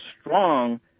strong